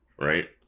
right